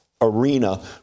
arena